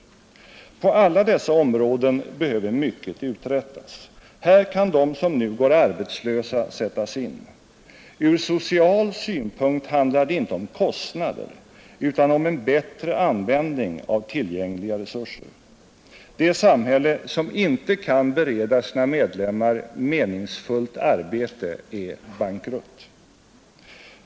På alla dessa områden behöver mycket uträttas. Här bör de som nu går arbetslösa sättas in. Ur social synpunkt handlar det inte om kostnader, utan om en bättre användning av tillgängliga resurser. Det samhälle som inte kan bereda sina medlemmar meningsfullt arbete är bankrutt.